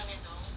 真的 ah